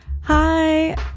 hi